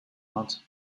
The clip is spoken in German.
hat